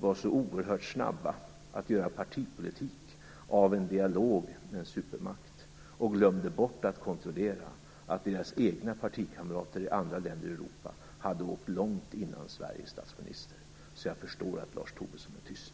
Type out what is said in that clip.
var så oerhört snabba att göra partipolitik av en dialog med en supermakt. Men man glömde bort att kontrollera att deras egna partikamrater i andra länder i Europa hade åkt till Kina långt innan Sveriges statsminister gjorde det. Så jag förstår att Lars Tobisson är tyst.